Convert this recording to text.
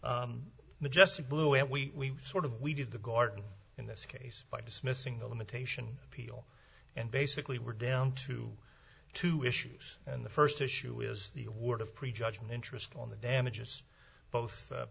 majestic blue and we sort of we did the garden in this case by dismissing the lamentation appeal and basically we're down to two issues and the first issue is the award of prejudgment interest on the damages both